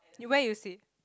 you where you sit